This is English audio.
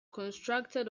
constructed